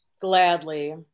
Gladly